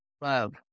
love